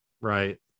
Right